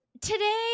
Today